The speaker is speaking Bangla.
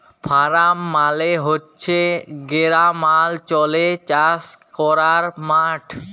ফারাম মালে হছে গেরামালচলে চাষ ক্যরার মাঠ